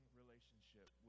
relationship